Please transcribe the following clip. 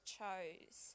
chose